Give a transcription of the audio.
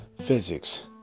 physics